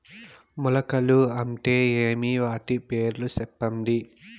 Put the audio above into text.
మొలకలు అంటే ఏమి? వాటి పేర్లు సెప్పండి?